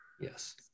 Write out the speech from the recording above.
yes